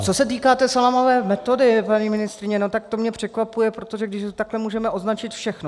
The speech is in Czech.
Co se týká té salámové metody, paní ministryně, tak to mě překvapuje, protože takhle můžeme označit všechno.